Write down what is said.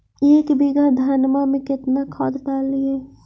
एक बीघा धन्मा में केतना खाद डालिए?